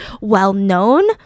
well-known